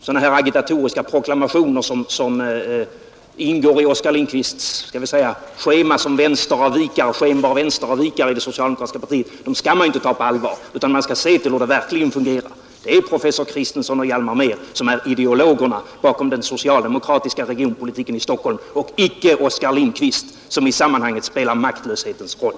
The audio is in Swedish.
Sådana här agitatoriska proklamationer som ingår i Oskar Lindkvists schema som skenbar vänsteravvikare i det socialdemokratiska partiet skall man inte ta på allvar, utan man skall se till hur det verkligen fungerar. Det är professor Kristensson och Hjalmar Mehr som är ideologerna bakom den socialdemokratiska regionpolitiken i Stockholm och icke Oskar Lindkvist, som i sammanhanget spelar maktlöshetens roll.